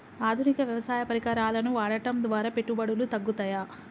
ఆధునిక వ్యవసాయ పరికరాలను వాడటం ద్వారా పెట్టుబడులు తగ్గుతయ?